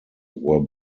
were